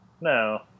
No